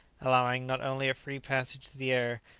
allowing not only a free passage to the air,